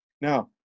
Now